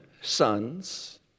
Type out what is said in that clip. sons